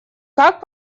как